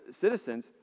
citizens